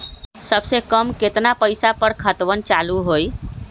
सबसे कम केतना पईसा पर खतवन चालु होई?